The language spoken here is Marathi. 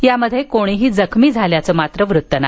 यामध्ये कोणीही जखमी झाल्याचं वृत्त नाही